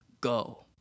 go